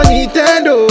Nintendo